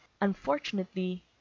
unfortunately